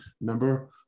number